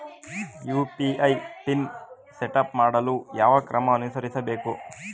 UPI PIN setup ಮಾಡಲು ಯಾವ ಕ್ರಮ ಅನುಸರಿಸಬೇಕು?